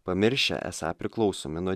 pamiršę esą priklausomi nu